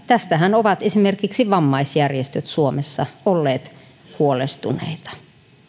tästähän ovat esimerkiksi vammaisjärjestöt suomessa olleet huolestuneita